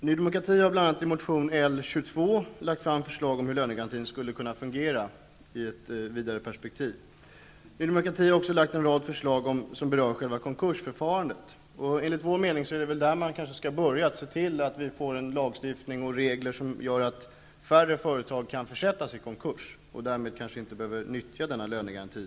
Fru talman! Ny demokrati har i motion L22 lagt fram bl.a. förslag om hur lönegarantin i ett vidare perspektiv skulle kunna fungera. Ny demokrati har också lagt fram en rad förslag som rör själva konkursförfarandet. Enligt vår mening är det där man skall börja, nämligen att se till att få en lagstiftning och regler som bidrar till att färre företag kan försättas i konkurs och på så sätt inte nyttja nu diskuterad lönegaranti.